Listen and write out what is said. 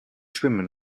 schwimmen